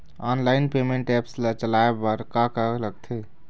Online payment apps ला चलाए बार का का लगथे?